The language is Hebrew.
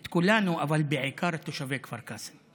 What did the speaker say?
של כולנו, אבל בעיקר של תושבי כפר קאסם.